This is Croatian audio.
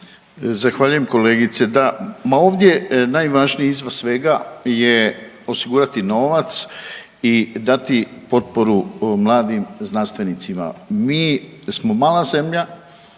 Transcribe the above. Zahvaljujem kolegice. Da, ma ovdje najvažniji izvor svega je osigurati novac i dati potporu mladim znanstvenicima. Mi smo mala zemlja,